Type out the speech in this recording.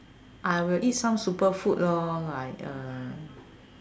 I will eat some super food lor like uh